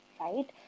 right